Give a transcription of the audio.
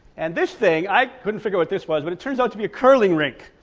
and this thing i couldn't figure what this was, but it turns out to be a curling rink,